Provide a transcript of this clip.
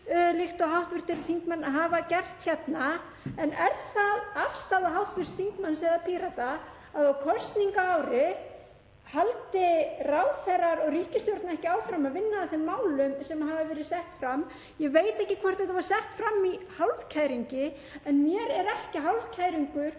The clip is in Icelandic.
líkt og hv. þingmenn hafa gert, en er það afstaða hv. þingmanns eða Pírata að á kosningaári haldi ráðherrar úr ríkisstjórninni ekki áfram að vinna að þeim málum sem hafa verið sett fram? Ég veit ekki hvort þetta var sett fram í hálfkæringi en mér er ekki hálfkæringur